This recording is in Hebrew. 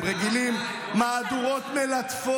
את הבמות המתאימות,